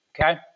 Okay